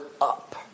up